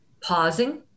pausing